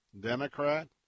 Democrat